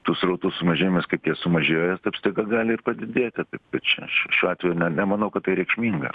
tų srautų sumažėjimas kaip jie sumažėjo jie taip staiga gali padidėti taip kad čia šiuo šiuo atveju nemanau kad tai reikšminga